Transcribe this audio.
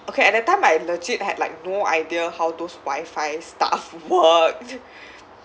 okay at that time I legit had like no idea how those wifi stuff worked